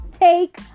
take